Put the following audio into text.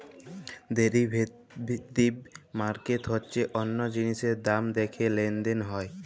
derivative market হচ্যে অল্য জিলিসের দাম দ্যাখে লেলদেল হয়